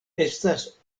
estas